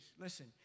listen